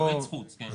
יועץ חוץ, כן.